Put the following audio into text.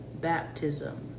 baptism